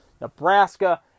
Nebraska